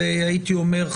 הייתי אומר,